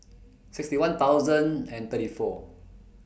sixty one thousand and thirty four